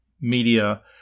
media